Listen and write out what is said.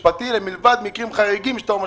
מלבד מקרים חריגים שאתה אומר שצריך?